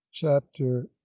chapter